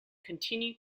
continue